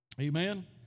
Amen